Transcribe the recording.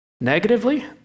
Negatively